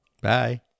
Bye